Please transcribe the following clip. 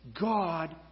God